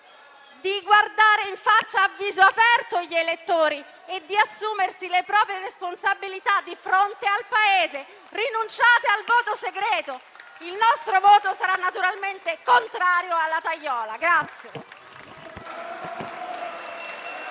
di guardare in faccia, a viso aperto, gli elettori e di assumersi le proprie responsabilità di fronte al Paese. Rinunciate al voto segreto. Il nostro voto sarà naturalmente contrario alla tagliola.